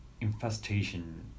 infestation